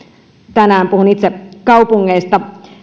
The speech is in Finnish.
tänään puhun itse kaupungeista